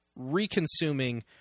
reconsuming